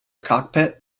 cockpit